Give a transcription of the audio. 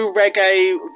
reggae